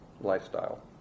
lifestyle